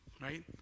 right